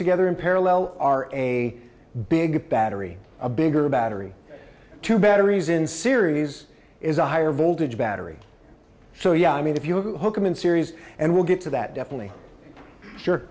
together in parallel are a big battery a bigger battery two batteries in series is a higher voltage battery so yeah i mean if you hook them in series and we'll get to that definitely